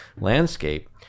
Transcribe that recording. landscape